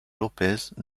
lopes